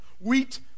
wheat